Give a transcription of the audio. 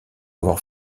avoir